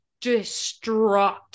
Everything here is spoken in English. distraught